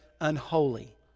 unholy